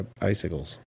icicles